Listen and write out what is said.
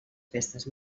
festes